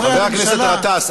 חבר הכנסת גטאס,